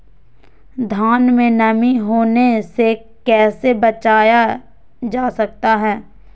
धान में नमी होने से कैसे बचाया जा सकता है?